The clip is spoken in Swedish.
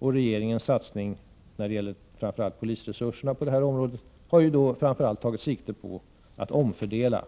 Regeringens satsning när det gäller polisresurserna på det här området har framför allt tagit sikte på att omfördela.